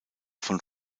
von